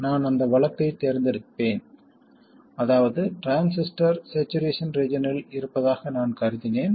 நான் அந்த வழக்கைத் தேர்ந்தெடுப்பேன் அதாவது டிரான்சிஸ்டர் சேச்சுரேஷன் ரீஜன்யில் இருப்பதாக நான் கருதினேன்